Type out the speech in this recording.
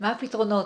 מה הפתרונות.